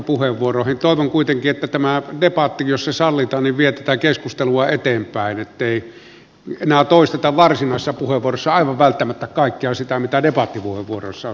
toivon kuitenkin että tämä debatti jos se sallitaan vie tätä keskustelua eteenpäin ettei enää toisteta varsinaisissa puheenvuoroissa aivan välttämättä kaikkea sitä mitä debattipuheenvuoroissa on sanottu